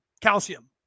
calcium